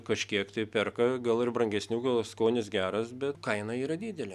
kažkiek tai perka gal ir brangesnių gal skonis geras bet kaina yra didelė